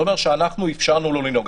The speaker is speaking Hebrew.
זה אומר שאנחנו אפשרנו לו לנהוג.